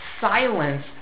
silence